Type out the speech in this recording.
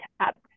tap